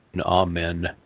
Amen